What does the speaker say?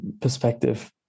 perspective